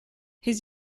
his